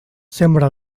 sembra